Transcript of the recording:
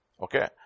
Okay